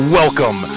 welcome